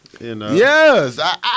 Yes